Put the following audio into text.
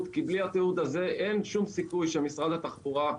כי בלי התיעוד הזה אין שום סיכוי שמשרד התחבורה,